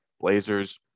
Blazers